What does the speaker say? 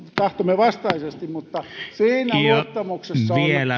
tahtomme vastaisesti luottamuksella on